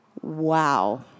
Wow